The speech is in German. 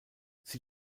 sie